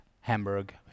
Hamburg